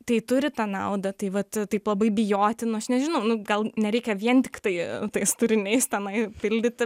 tai turi tą naudą tai vat taip labai bijoti nu aš nežinau nu gal nereikia vien tiktai tais turiniais tenai pildyti